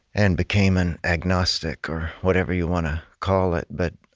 and became an agnostic or whatever you want to call it. but